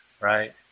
right